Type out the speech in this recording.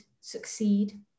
succeed